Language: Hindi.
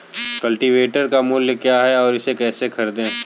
कल्टीवेटर का मूल्य क्या है और इसे कैसे खरीदें?